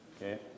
okay